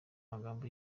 magambo